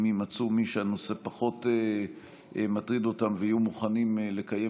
אם יימצאו מי שהנושא פחות מטריד אותם ויהיו מוכנים לקיים